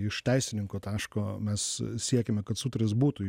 iš teisininko taško mes siekiame kad sutartis būtų